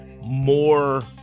more